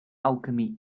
alchemy